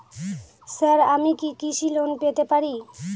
Sir আমি কি কৃষি লোন পেতে পারি?